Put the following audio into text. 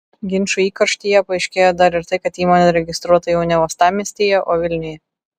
ginčų įkarštyje paaiškėjo dar ir tai kad įmonė registruota jau ne uostamiestyje o vilniuje